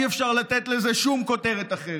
אי-אפשר לתת לזה שום כותרת אחרת.